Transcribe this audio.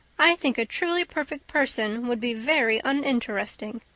i think a truly perfect person would be very uninteresting.